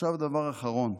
עכשיו דבר אחרון.